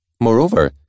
Moreover